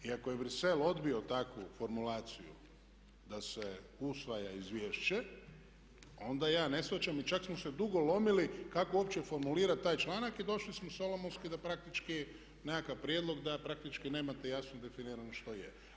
I ako je Bruxelles odbio takvu formulaciju da se usvaja izvješće, onda ja ne shvaćam i čak smo se dugo lomili kako uopće formulirati taj članak i došli smo solomonski da praktički nekakav prijedlog, da praktički nemate jasno definirano što je.